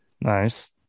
Nice